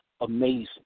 amazing